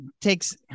takes